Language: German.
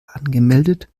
angemeldet